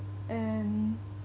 and